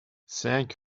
cinq